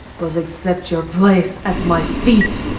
was accept your place at my feet!